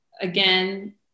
again